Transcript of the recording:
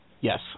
Yes